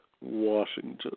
Washington